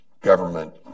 government